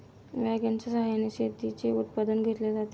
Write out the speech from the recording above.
वॅगनच्या सहाय्याने शेतीचे उत्पादन घेतले जाते